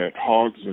hogs